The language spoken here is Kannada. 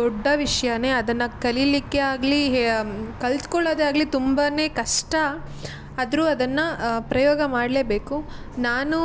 ದೊಡ್ಡ ವಿಷಯನೆ ಅದನ್ನು ಕಲೀಲಿಕ್ಕೆ ಆಗಲಿ ಹೇ ಕಲ್ತ್ಕೊಳ್ಳೋದೆ ಆಗಲಿ ತುಂಬ ಕಷ್ಟ ಆದರೂ ಅದನ್ನು ಪ್ರಯೋಗ ಮಾಡಲೇಬೇಕು ನಾನು